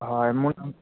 হয় মোৰ নাম